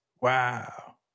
Wow